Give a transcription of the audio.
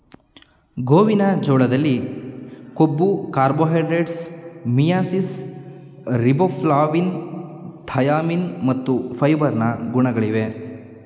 ಗೋವಿನ ಜೋಳದಲ್ಲಿ ಕೊಬ್ಬು, ಕಾರ್ಬೋಹೈಡ್ರೇಟ್ಸ್, ಮಿಯಾಸಿಸ್, ರಿಬೋಫ್ಲಾವಿನ್, ಥಯಾಮಿನ್ ಮತ್ತು ಫೈಬರ್ ನ ಗುಣಗಳಿವೆ